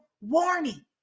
warning